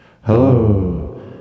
hello